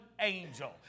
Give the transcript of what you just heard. angel